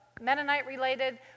Mennonite-related